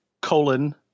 colon